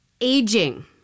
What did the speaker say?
aging